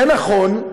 זה נכון,